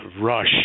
Rush